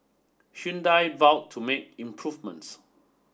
Hyundai vow to make improvements